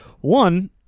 One